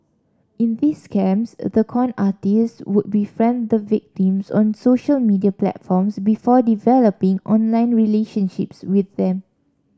in these scams the con artists would befriend the victims on social media platforms before developing online relationships with them